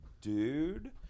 Dude